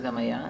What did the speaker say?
זה היה.